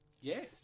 Yes